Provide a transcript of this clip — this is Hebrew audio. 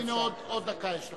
הנה, עוד דקה יש לך.